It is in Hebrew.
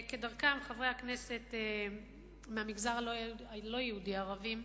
כדרכם, חברי הכנסת מהמגזר הלא-יהודי, הערבים,